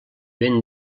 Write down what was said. ben